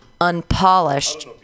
unpolished